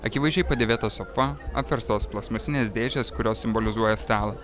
akivaizdžiai padėvėtą sofą apverstos plastmasines dėžes kurios simbolizuoja stalą